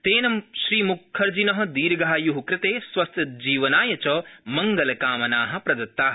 तेन श्रीम्खर्जिन दीर्घाय् कृते स्वस्थजीवनाय च मंगलकामना प्रदत्ता